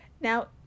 Now